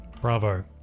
bravo